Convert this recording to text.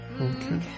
Okay